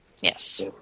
Yes